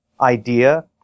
idea